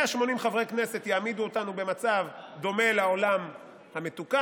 180 חברי כנסת יעמידו אותנו במצב דומה לעולם המתוקן,